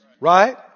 Right